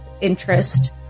interest